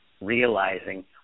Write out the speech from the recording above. realizing